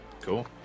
Cool